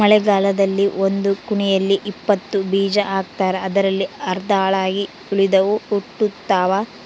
ಮಳೆಗಾಲದಲ್ಲಿ ಒಂದು ಕುಣಿಯಲ್ಲಿ ಇಪ್ಪತ್ತು ಬೀಜ ಹಾಕ್ತಾರೆ ಅದರಲ್ಲಿ ಅರ್ಧ ಹಾಳಾಗಿ ಉಳಿದವು ಹುಟ್ಟುತಾವ